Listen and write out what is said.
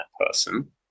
person